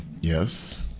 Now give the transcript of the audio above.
Yes